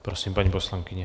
Prosím, paní poslankyně.